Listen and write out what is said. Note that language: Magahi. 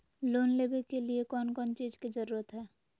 लोन लेबे के लिए कौन कौन चीज के जरूरत है?